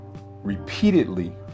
repeatedly